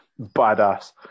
badass